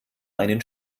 einen